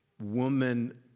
woman